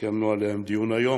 שקיימנו עליהם דיון היום,